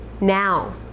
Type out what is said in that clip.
now